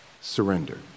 surrender